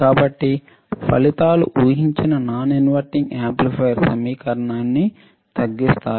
కాబట్టి ఫలితాలు ఊహించిన నాన్ ఇన్వర్టింగ్ యాంప్లిఫైయర్ సమీకరణానికి తగ్గిస్తాయి